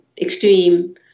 extreme